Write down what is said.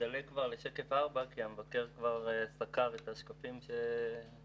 שקף 4 כי המבקר כבר סקר את השקפים שמקודם